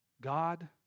God